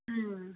ꯎꯝ